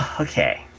Okay